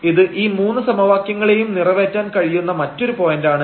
ഇത് ഈ മൂന്നു സമവാക്യങ്ങളെയുംനിറവേറ്റാൻ കഴിയുന്ന മറ്റൊരു പോയന്റാണ്